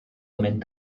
mynd